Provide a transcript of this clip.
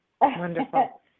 wonderful